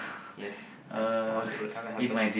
yes I doubt it will ever happen